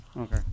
Okay